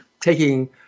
taking